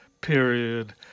period